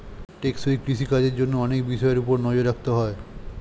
টেকসই কৃষি কাজের জন্য অনেক বিষয়ের উপর নজর রাখতে হয়